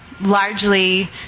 largely